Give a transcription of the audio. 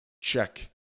check